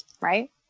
Right